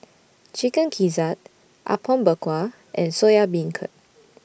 Chicken Gizzard Apom Berkuah and Soya Beancurd